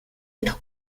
être